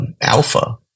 alpha